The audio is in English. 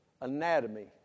anatomy